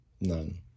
none